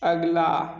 अगला